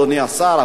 אדוני השר,